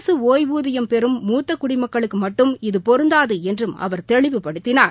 அரசு ஒய்வூதியம் பெறும் மூத்த குடிமக்களுக்கு மட்டும் இது பொருந்தாது என்றும் அவர் தெளிவுபடுத்தினார்